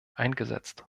eingesetzt